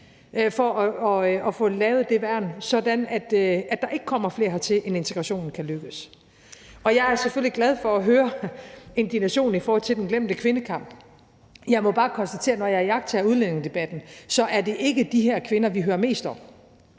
for at få lavet det værn, så der ikke kommer flere hertil, end integrationen kan lykkes med. Jeg er selvfølgelig glad for at høre indignation i forhold til den glemte kvindekamp. Jeg må bare konstatere, at det, når jeg iagttager udlændingedebatten, ikke er de her kvinder, vi hører mest om.